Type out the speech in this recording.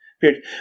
period